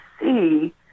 see